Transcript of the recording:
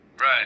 Right